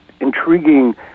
intriguing